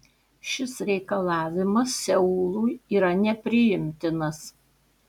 šis reikalavimas seului yra nepriimtinas